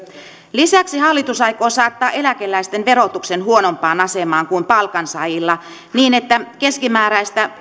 lisäksi hallitus aikoo saattaa eläkeläisten verotuksen huonompaan asemaan kuin palkansaajilla niin että keskimääräistä